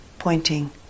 pointing